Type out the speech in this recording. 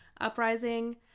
Uprising